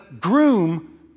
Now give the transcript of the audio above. groom